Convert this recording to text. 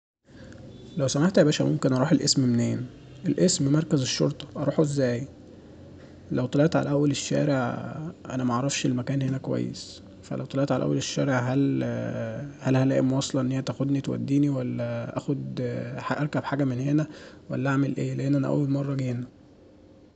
لو سمحت يا باشا ممكن اروح القسم منين القسم مركز الشرطة أروحه ازاي؟ لو طلعت على أول الشارع أنا معرفش المكان هنا كويس فلو طلعت على أول الشارع هل هل هلاقي مواصلة ان هي تاخدني توديني ولا اخد أركب حاجة من هنا ولا أعمل ايه لأن انا اول مرة اجي هنا